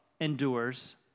endures